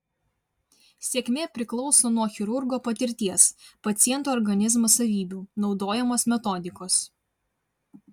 sėkmė priklauso nuo chirurgo patirties paciento organizmo savybių naudojamos metodikos